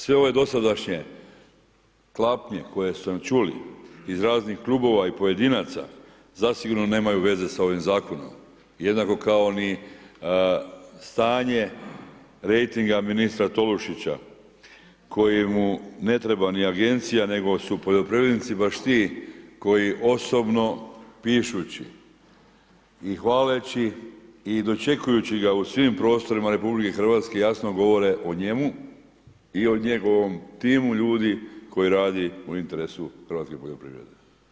Sve ove dosadašnje tlapnje koje smo čuli iz raznih klubova i pojedinaca, zasigurno nemaju veze sa ovim zakonom jednako kao ni stanje rejtinga ministra Tolušića kojemu ne treba ni agencija nego su poljoprivrednici baš ti koji osobno pišući i hvaleći i dočekujući ga u svim prostorima RH, jasno govore o njemu i o njegovom timu ljudi koji radi u interesu hrvatske poljoprivrede.